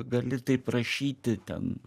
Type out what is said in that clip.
gali taip rašyti ten